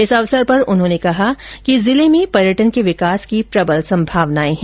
इस अवसर पर उन्होंने कहा कि जिले पर्यटन के विकास की प्रबल संभावनाए है